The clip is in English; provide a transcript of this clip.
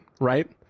right